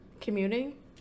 commuting